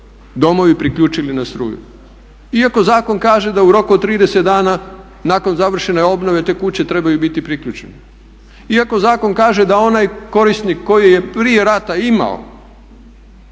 domovi priključili na struju, iako zakon kaže da u roku od 30 dana nakon završene obnove te kuće trebaju biti priključene, iako zakon kaže da onaj korisnik koji je prije rata imao